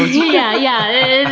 yeah yeah,